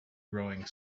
growing